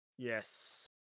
Yes